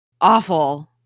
awful